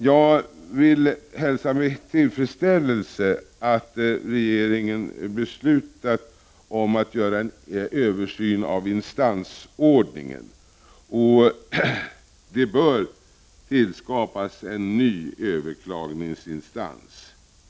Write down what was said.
Jag vill hälsa med tillfredsställelse att regeringen beslutat om att göra en översyn av instansordningen. Det bör tillskapas en ny överklagningsinstans.